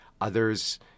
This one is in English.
Others